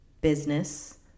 business